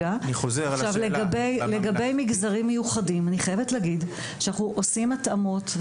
לגבי מגזרים מיוחדים, אנחנו עושים התאמות.